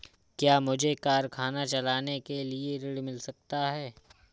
क्या मुझे कारखाना चलाने के लिए ऋण मिल सकता है?